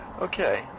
Okay